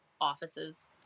offices